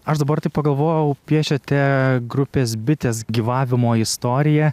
aš dabar taip pagalvojau piešiate grupės bitės gyvavimo istoriją